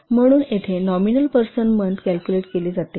म्हणून येथे nominal person month calculate केली जाते